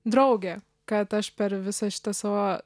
draugė kad aš per visą šitą savo